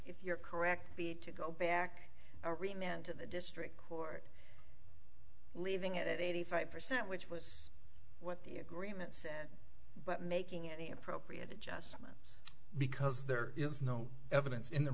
if you're correct be to go back a remained to the district court leaving it at eighty five percent which was what the agreements but making any appropriate adjustments because there is no evidence in the